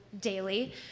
daily